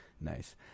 Nice